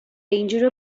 danger